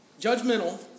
judgmental